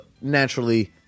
naturally